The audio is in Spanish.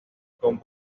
con